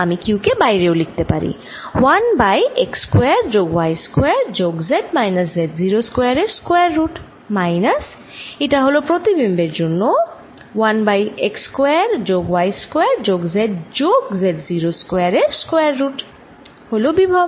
আমি q কে বাইরেও লিখতে পারি 1 বাই x স্কয়ার যোগ y স্কয়ার যোগ z মাইনাস Z0 স্কয়ার এর স্কয়ার রুট মাইনাস এটা হল প্রতিবিম্বের জন্য 1 বাই x স্কয়ার যোগ y স্কয়ার যোগ z যোগ Z0 স্কয়ার এর স্কয়ার রুট হল বিভব